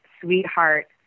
sweetheart